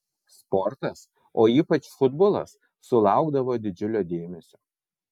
sportas o ypač futbolas sulaukdavo didžiulio dėmesio